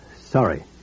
sorry